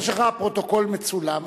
יש לך פרוטוקול מצולם,